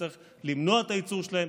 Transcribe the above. צריך למנוע את הייצור שלהם.